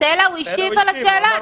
סטלה, הוא השיב לשאלה.